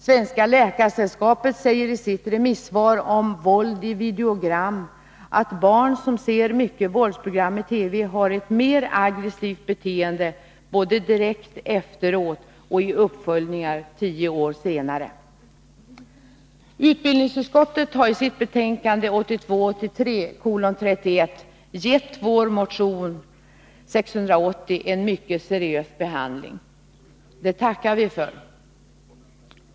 Svenska läkaresällskapet säger i sitt remissvar om ”Våld i videogram” att barn som ser mycket våldsprogram i TV har ett mer aggressivt beteende både direkt efteråt och i uppföljningar tio år senare. Utbildningsutskottet har i sitt betänkande 1982 83:680 en mycket seriös behandling. Det tackar vi för.